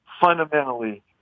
fundamentally